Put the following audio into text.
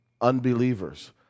unbelievers